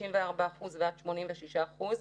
מתש"ן ומכל התעשייה הפטרוכימית